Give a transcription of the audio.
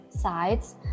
sides